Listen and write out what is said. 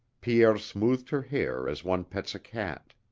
pierre smoothed her hair as one pets a cat.